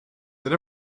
that